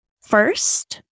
First